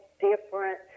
different